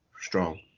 strong